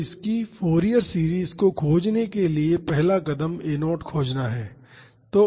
तो इसकी Fourier series को खोजने के लिए पहला कदम गुणांक a0 खोजना है